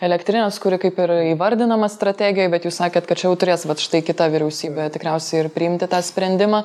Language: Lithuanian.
elektrinės kuri kaip ir įvardinama strategijoj bet jūs sakėt kad čia jau turės vat štai kita vyriausybė tikriausiai ir priimti tą sprendimą